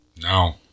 No